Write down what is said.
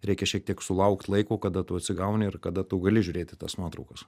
reikia šiek tiek sulaukt laiko kada tu atsigauni ir kada tu gali žiūrėt į tas nuotraukas